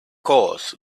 course